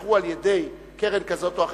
שנתמכו על-ידי קרן כזאת או אחרת,